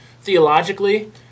theologically